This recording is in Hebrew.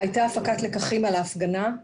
הייתה הפקת לקחים על ההפגנה,